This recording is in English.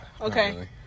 Okay